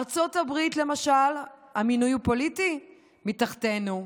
בארצות הברית, למשל, המינוי הוא פוליטי, מתחתינו.